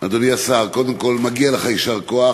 אדוני השר, קודם כול, מגיע לך יישר כוח